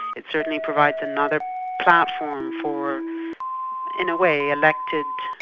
it certainly provides another platform for in a way elected,